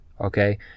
Okay